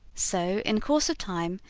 so, in course of time,